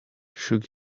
shook